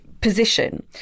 position